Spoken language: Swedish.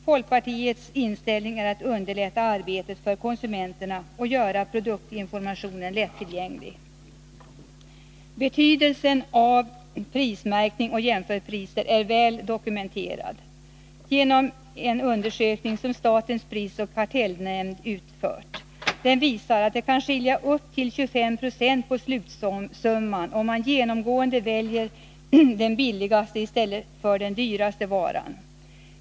Folkpartiets inställning är att man skall underlätta arbetet för konsumenterna och göra produktinformationen lättillgänglig. 153 Betydelsen av prismärkning och jämförpriser är väl dokumenterad genom en undersökning som statens prisoch kartellnämnd utfört. Den visar att det kan skilja upp till 25 26 på slutsumman, om man genomgående väljer den billigaste i stället för den dyraste varan.